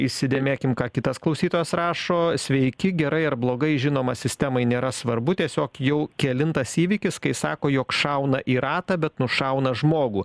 įsidėmėkim ką kitas klausytojas rašo sveiki gerai ar blogai žinoma sistemai nėra svarbu tiesiog jau kelintas įvykis kai sako jog šauna į ratą bet nušauna žmogų